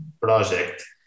project